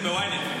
זה ב-ynet.